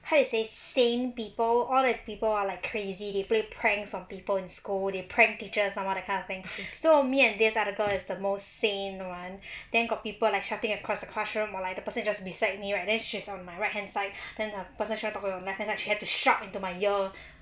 how you say sane people all the people are like crazy they play pranks on people in school they pranked teachers all that kind of thing so me and this other girl is the most sane [one] then got people like shouting across the classroom or like the person is just beside me right then she's on my right hand side then the person she want to talk to on the left hand side she had to shout into my ear